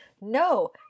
No